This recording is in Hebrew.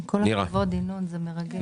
כל הכבוד ינון, מרגש.